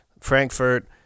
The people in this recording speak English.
Frankfurt